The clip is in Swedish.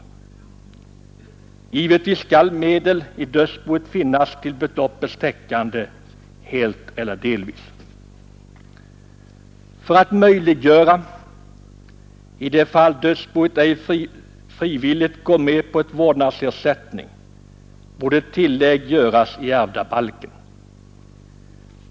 till ersättning Givetvis skall medel i dödsboet finnas till beloppets täckande, helt eller U” kvarlåtenskap delvis. i vissa fall För att möjliggöra detta i de fall dödsboet ej frivilligt går med på vårdnadsersättning borde tillägg göras i ärvdabalken.